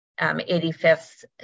85th